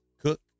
cook